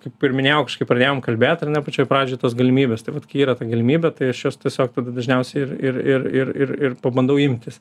kaip ir minėjau kažkaip pradėjom kalbėt ar ne pačioj pradžioj tos galimybės tai vat kai yra ta galimybė tai aš jos tiesiog tada dažniausiai ir ir ir ir ir ir pabandau imtis